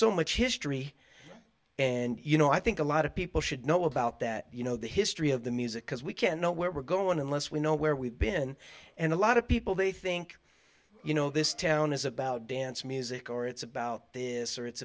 so much history and you know i think a lot of people should know about that you know the history of the music because we can't know where we're going unless we know where we've been and a lot of people they think you know this town is about dance music or it's about this or it's